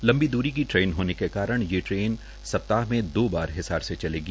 लंबी दूर क ेन होने के कारण यह ेन स ताह म दो बार हसार से चलेगी